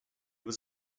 was